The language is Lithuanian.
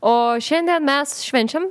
o šiandien mes švenčiam